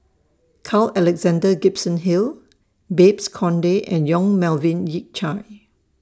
Carl Alexander Gibson Hill Babes Conde and Yong Melvin Yik Chye